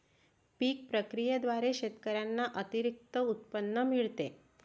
पीक प्रक्रियेद्वारे शेतकऱ्यांना अतिरिक्त उत्पन्न मिळते